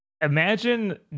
Imagine